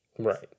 Right